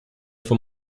for